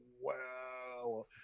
wow